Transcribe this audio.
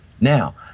Now